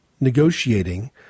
negotiating